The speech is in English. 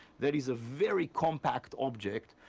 that is a very compact object.